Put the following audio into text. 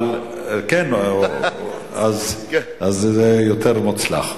זה יותר מוצלח.